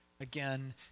again